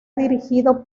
dirigido